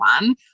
one